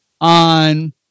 on